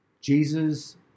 Jesus